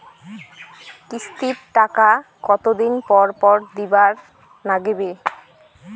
কিস্তির টাকা কতোদিন পর পর দিবার নাগিবে?